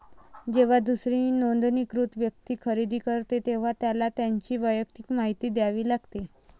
जेव्हा दुसरी नोंदणीकृत व्यक्ती खरेदी करते, तेव्हा त्याला त्याची वैयक्तिक माहिती द्यावी लागते